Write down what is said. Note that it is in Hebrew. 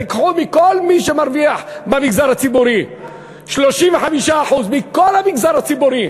תיקחו מכל מי שמרוויח במגזר הציבורי 35%. מכל המגזר הציבורי,